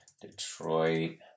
Detroit